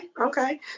okay